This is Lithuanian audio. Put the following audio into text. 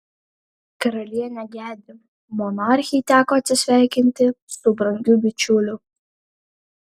karalienė gedi monarchei teko atsisveikinti su brangiu bičiuliu